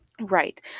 Right